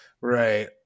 Right